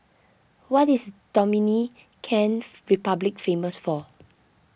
what is Dominican Republic famous for